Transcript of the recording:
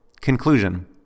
Conclusion